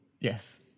Yes